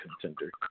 contender